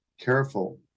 careful